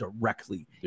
directly